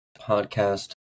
podcast